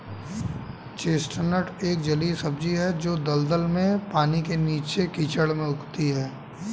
chestnut एक जलीय सब्जी है जो दलदल में, पानी के नीचे, कीचड़ में उगती है